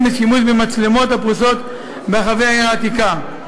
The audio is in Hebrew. ושימוש במצלמות הפרוסות ברחבי העיר העתיקה.